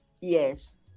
Yes